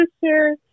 sister